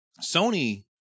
Sony